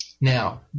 Now